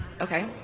Okay